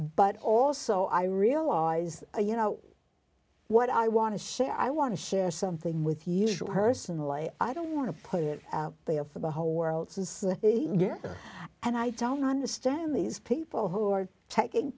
but also i realize you know what i want to share i want to share something with usual personally i don't want to put it out there for the whole world is there and i don't understand these people who are taking